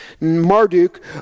Marduk